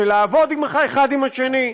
ולעבוד אחד עם השני.